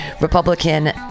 Republican